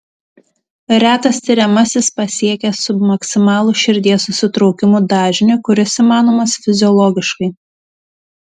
retas tiriamasis pasiekia submaksimalų širdies susitraukimų dažnį kuris įmanomas fiziologiškai